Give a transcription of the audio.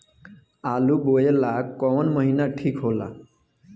आलू बोए ला कवन महीना ठीक हो ला?